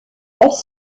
elle